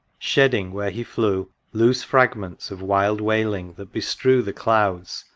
shedding where he flew loose fragments of wild wailing that bestrew the clouds,